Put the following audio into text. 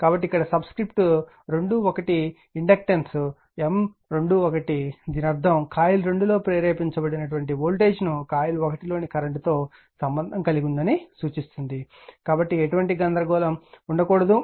కాబట్టి ఇక్కడ subscript 2 1 inductance M21 దీని అర్థం కాయిల్ 2 లో ప్రేరేపించబడిన వోల్టేజ్ను కాయిల్ 1 లోని కరెంట్తో సంబంధం కలిగి ఉందని సూచిస్తుంది కాబట్టి ఎటువంటి గందరగోళం ఉండకూడదు